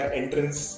entrance